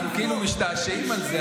אנחנו כאילו משתעשעים על זה,